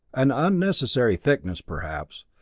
an unnecessary thickness, perhaps,